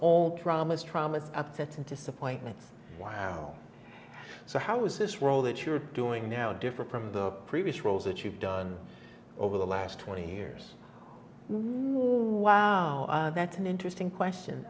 old traumas traumas upsets and disappointments so how was this role that you're doing now different from the previous roles that you've done over the last twenty years one that's an interesting question